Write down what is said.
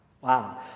Wow